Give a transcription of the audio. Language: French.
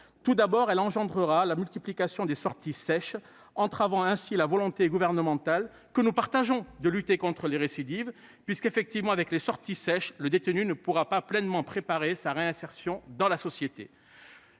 D'une part, elle engendrera la multiplication des sorties « sèches », entravant ainsi la volonté gouvernementale, que nous partageons, de lutter contre les récidives puisque le détenu ne pourra pas pleinement préparer sa réinsertion dans la société.